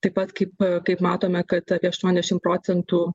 taip pat kaip kaip matome kad apie aštuoniasdešim procentų